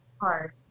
hard